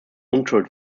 unschuld